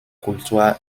kultur